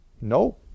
No